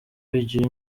bigira